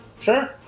Sure